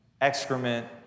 excrement